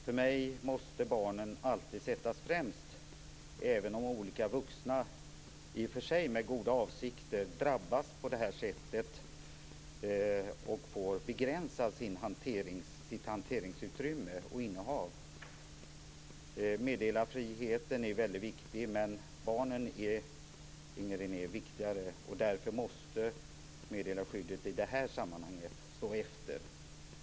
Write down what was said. För mig måste alltid barnen sättas främst, även om olika vuxna med i och för sig goda avsikter drabbas på det här sättet och får begränsa sitt hanteringsutrymme och innehav. Meddelarfriheten är väldigt viktig, men barnen är, Inger René, viktigare. Därför måste meddelarskyddet i det sammanhanget stå efter.